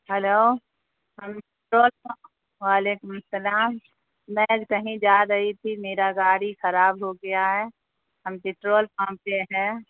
hello ہم وعلیکم السلام میں کہیں جا رہی تھی میرا گاڑی کھراب ہو گیا ہے ہم پٹرول پمپ پہ ہیں